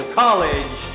college